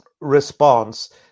response